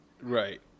Right